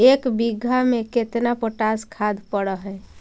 एक बिघा में केतना पोटास खाद पड़ है?